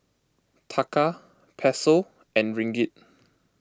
Taka Peso and Ringgit